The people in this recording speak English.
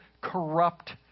corrupt